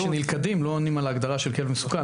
שנלכדים לא עונים על ההגדרה של "כלב מסוכן".